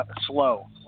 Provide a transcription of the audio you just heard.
Slow